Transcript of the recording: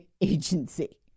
agency